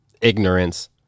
ignorance